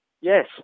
Yes